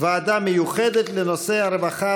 ועדה מיוחדת לנושא הרווחה